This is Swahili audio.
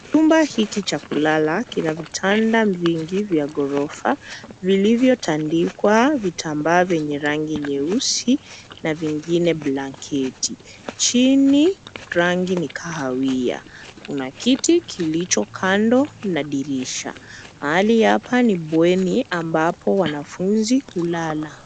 Chumba hiki cha kulala kina vitanda vingi vya ghorofa vilivyotandikwa vitambaa vyenye rangi nyeusi na vingine blanketi. Chini rangi ni kahawia, kuna kiti kilicho kando na dirisha. Mahali hapa ni bweni ambapo wanafunzi hulala.